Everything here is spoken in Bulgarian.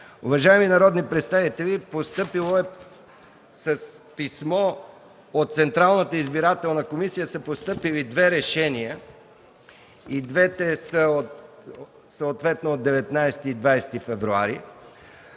Уважаеми народни представители, с писмо от Централната избирателна комисия са постъпили две решения, съответно от 19-и и 20-и февруари.